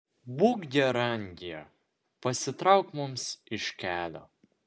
būk gera angie pasitrauk mums iš kelio